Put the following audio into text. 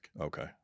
Okay